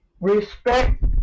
respect